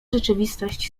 rzeczywistość